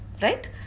Right